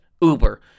Uber